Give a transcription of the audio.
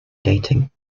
dating